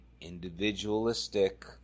individualistic